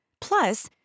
Plus